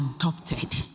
adopted